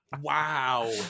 Wow